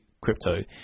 crypto